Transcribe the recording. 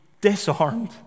disarmed